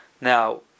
Now